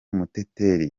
muteteri